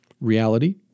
Reality